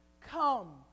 come